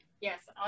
Yes